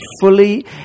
Fully